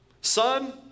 son